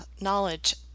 knowledge